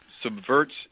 subverts